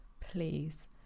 please